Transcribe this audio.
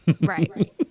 Right